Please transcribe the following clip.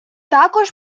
також